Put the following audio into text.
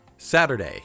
Saturday